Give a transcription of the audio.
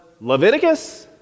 Leviticus